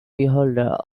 beholder